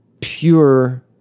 pure